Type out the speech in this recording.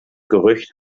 gerücht